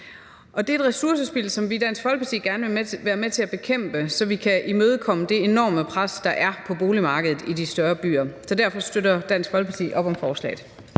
det er et ressourcespild, som vi i Dansk Folkeparti gerne vil være med til at bekæmpe, så vi kan imødekomme det enorme pres, der er på boligmarkedet i de større byer. Så derfor støtter Dansk Folkeparti op om forslaget.